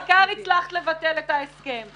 העיקר הצלחת לבטל את ההסכם.